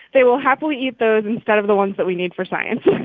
they will happily eat those instead of the ones that we need for science